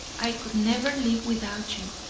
i could never live without you.